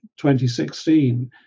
2016